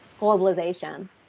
globalization